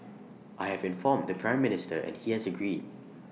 I have informed the Prime Minister and he has agreed